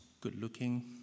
good-looking